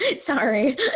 Sorry